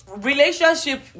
relationship